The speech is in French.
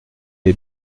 les